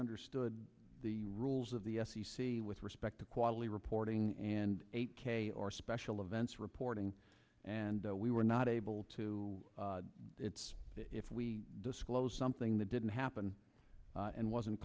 understood the rules of the f c c with respect to quietly reporting and eight k or special events reporting and we were not able to it's if we disclose something that didn't happen and wasn't